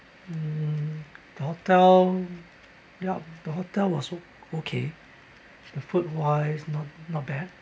mm the hotel yup the hotel was o~ okay the food wise not not bad